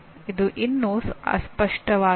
ಇದು ಇನ್ನೂ ಅಸ್ಪಷ್ಟವಾಗಿದೆ